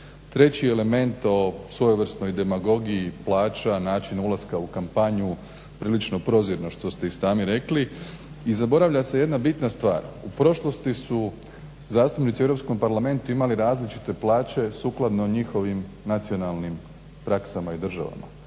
Treći element o svojevrsnoj demagogiji plaća, načinu ulaska u kompaniju prilično prozirno što ste i sami rekli i zaboravlja se jedna bitna stvar. U prošlosti su zastupnici u Europskom parlamentu imali različite plaće sukladno njihovim nacionalnim praksama i državama,